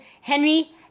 Henry